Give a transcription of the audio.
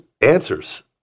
answers